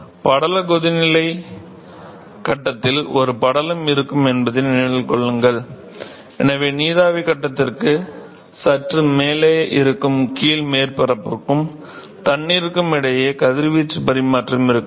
படல கொதிநிலை கட்டத்தில் ஒரு படலம் இருக்கும் என்பதை நினைவில் கொள்ளுங்கள் எனவே நீராவி கட்டத்திற்கு சற்று மேலே இருக்கும் கீழ் மேற்பரப்புக்கும் தண்ணீருக்கும் இடையே கதிர்வீச்சு பரிமாற்றம் இருக்கலாம்